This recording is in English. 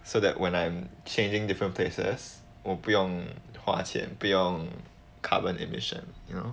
so that when I'm changing different places 我不用花钱不用 carbon emission you know